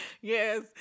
Yes